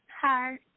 hi